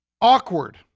Awkward